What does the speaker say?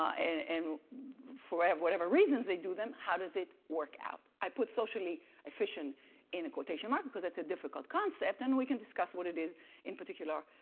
and and for whatever reasons they do them, how does it work out? i put socially efficient in a quotation mark because it's a difficult concept and we can discuss what it is in particular